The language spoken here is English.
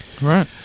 right